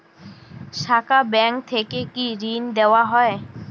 শাখা ব্যাংক থেকে কি ঋণ দেওয়া হয়?